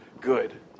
good